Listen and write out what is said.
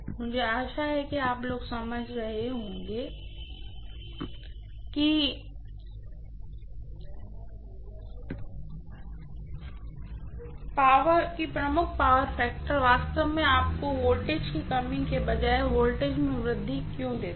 मुझे आशा है कि आप लोग समझ रहे होंगे कि प्रमुख पावर फैक्टर वास्तव में आपको वोल्टेज में कमी के बजाय वोल्टेज में वृद्धि क्यों देता है